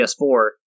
PS4